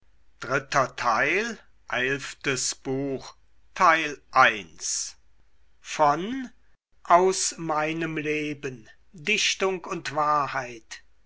goethe aus meinem leben dichtung und wahrheit